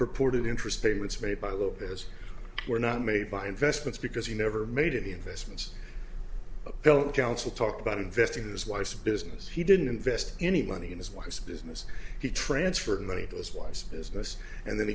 purported interest payments made by lopez were not made by investments because he never made any investments don't counsel talk about investing his wife's business he didn't invest any money in his wife's business he transferred money to this wise business and then